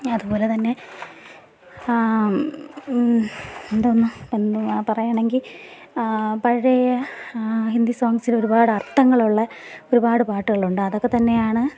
അതുപോലെത്തന്നെ എന്തോന്നാ പറയുകയാണെങ്കിൽ പഴയ ഹിന്ദി സോങ്സിൽ ഒരുപാട് അർത്ഥങ്ങളുള്ള ഒരുപാട് പാട്ടുകളുണ്ട് അതൊക്കത്തന്നെയാണ്